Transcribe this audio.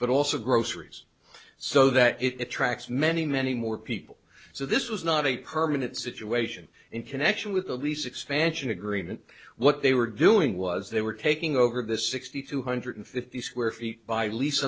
but also groceries so that it tracks many many more people so this was not a permanent situation in connection with a lease expansion agreement what they were doing was they were taking over this sixty two hundred fifty square feet by l